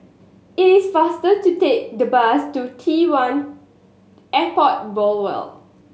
it is faster to take the bus to T One Airport Boulevard